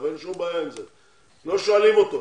לא שואלים אותו.